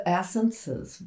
essences